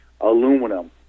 Aluminum